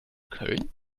köln